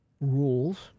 rules